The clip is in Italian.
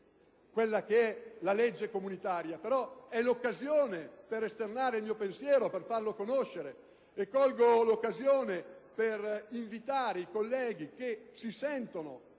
nemmeno la legge comunitaria, però è l'occasione per esternare il mio pensiero e per farlo conoscere. Approfitto per invitare i colleghi che si sentono